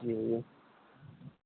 जी भैया